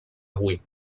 avui